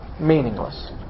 meaningless